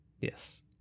Yes